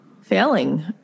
failing